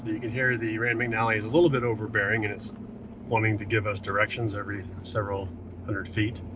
you can hear the rand mcnally is a little bit overbearing and it's wanting to give us directions every several hundred feet.